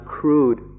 crude